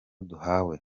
duhawe